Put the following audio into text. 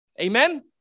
Amen